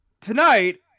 tonight